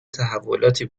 تحولاتی